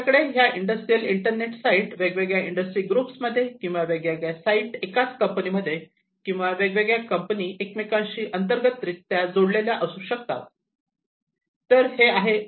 आपल्याकडे ह्या industrial internet site वेगवेगळ्या इंडस्ट्री ग्रुप्स मध्ये किंवा वेगवेगळ्या साईट एकाच कंपनीमध्ये किंवा वेगवेगळ्या कंपनी एकमेकांशी अंतर्गत रित्या जोडलेल्या असू शकतात तर हे आहे